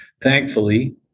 Thankfully